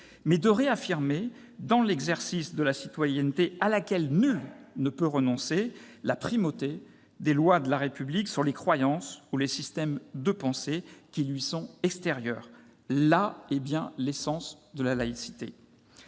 mais de réaffirmer, dans l'exercice de la citoyenneté à laquelle nul ne peut renoncer, la primauté des lois de la République sur les croyances ou les systèmes de pensée qui lui sont extérieurs. Là est bien l'essence de la laïcité.